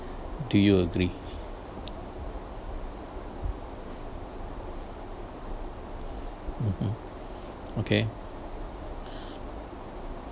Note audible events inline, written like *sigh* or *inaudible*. do you agree mmhmm okay *breath*